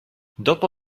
dopo